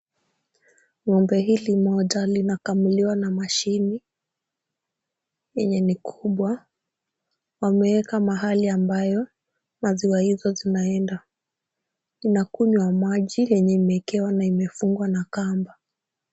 Ng'ombe hili moja linakamuliwa ma mashini yenye ni kubwa wameeka mahali ambayo maziwa hizo zinaenda. Inakunywa maji yenye imeekewa na imefungwa na kamba.